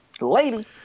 Lady